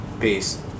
peace